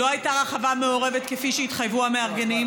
לא הייתה רחבה מעורבת כפי שהתחייבו המארגנים.